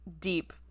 deep